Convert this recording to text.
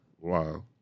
wow